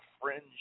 fringe